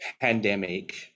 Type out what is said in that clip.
pandemic